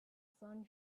sun